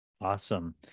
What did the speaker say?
Awesome